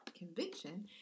Conviction